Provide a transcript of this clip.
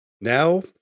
Now